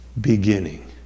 beginning